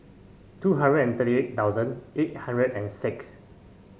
two hundred and thirty eight thousand eight hundred and six